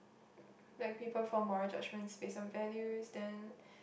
like people form moral judgements based on values then